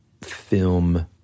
film